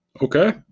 Okay